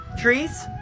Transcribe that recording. Trees